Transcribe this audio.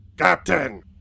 Captain